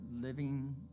living